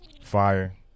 fire